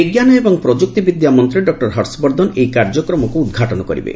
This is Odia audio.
ବିଜ୍ଞାନ ଏବଂ ପ୍ରଯୁକ୍ତି ବିଦ୍ୟାମନ୍ତ୍ରୀ ଡକ୍କର ହର୍ଷବର୍ଦ୍ଧନ ଏହି କାର୍ଯ୍ୟକ୍ରମକୁ ଉଦ୍ଘାଟନ କରିବେ